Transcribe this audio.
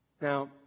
Now